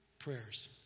prayers